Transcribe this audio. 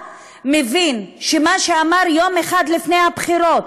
מבין שמה שהוא אמר יום אחד לפני הבחירות,